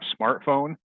smartphone